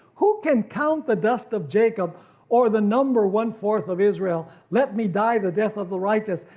who can count the dust of jacob or the number one-fourth of israel? let me die the death of the righteous,